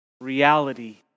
reality